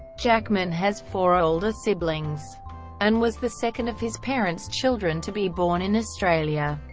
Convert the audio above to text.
jackman has four older siblings and was the second of his parents' children to be born in australia.